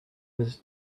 was